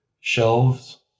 shelves